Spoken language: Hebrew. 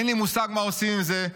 אין לי מושג מה עושים עם זה,